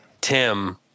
Tim